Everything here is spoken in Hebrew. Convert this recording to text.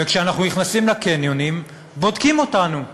וכשאנחנו נכנסים לקניונים, בודקים אותנו.